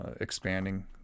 expanding